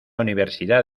universidad